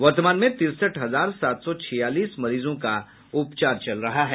वर्तमान में तिरसठ हजार सात सौ छियालीस मरीजों का उपचार चल रहा है